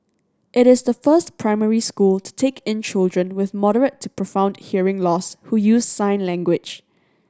it is the first primary school to take in children with moderate to profound hearing loss who use sign language